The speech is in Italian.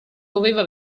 doveva